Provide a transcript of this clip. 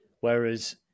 whereas